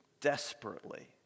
desperately